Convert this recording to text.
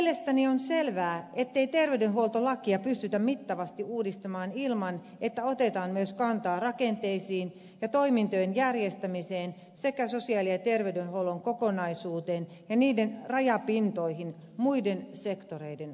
mielestäni on selvää ettei terveydenhuoltolakia pystytä mittavasti uudistamaan ilman että otetaan myös kantaa rakenteisiin ja toimintojen järjestämiseen sekä sosiaali ja terveydenhuollon kokonaisuuteen ja niiden rajapintoihin muiden sektoreiden kanssa